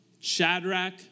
Shadrach